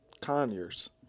Conyers